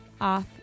off